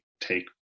take